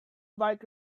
bike